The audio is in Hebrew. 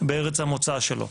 בארץ המוצא שלו.